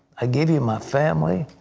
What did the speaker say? i give you my family.